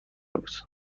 بود